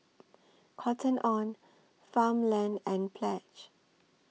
Cotton on Farmland and Pledge